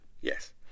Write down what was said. yes